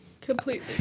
Completely